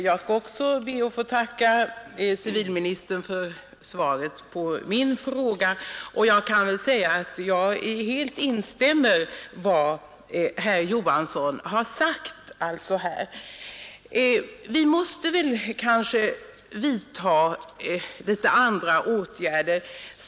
Fru talman! Också jag skall be att få tacka civilministern för svaret på min enkla fråga. I Jag instämmer helt i vad herr Olof Johansson i Stockholm framförde. Vi måste kanske vidta en del nya åtgärder.